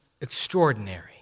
extraordinary